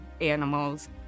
animals